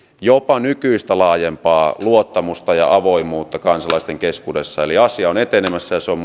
jopa nykyistä laajempaa luottamusta ja avoimuutta kansalaisten keskuudessa eli asia on etenemässä ja se on